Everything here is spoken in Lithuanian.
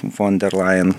fon derlajen